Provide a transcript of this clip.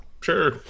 sure